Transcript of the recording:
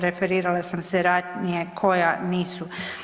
Referirala sam se ranije koja nisu.